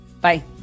Bye